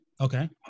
Okay